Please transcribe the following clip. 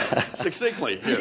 Succinctly